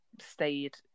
stayed